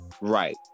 Right